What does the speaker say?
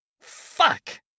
Fuck